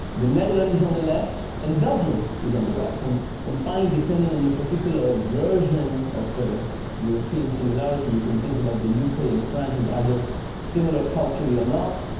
the netherlands is on the left, and belgium is on the right. and and finally, depending on your particular version of european similarity, you can think about the u k. and france as either similar culturally or not,